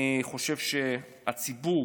אני חושב שהציבור